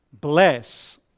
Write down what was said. Bless